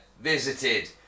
visited